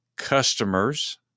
customers